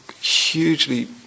hugely